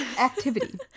activity